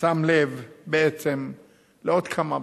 שם לב בעצם לעוד כמה בעיות.